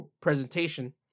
presentation